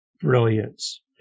brilliance